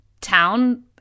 town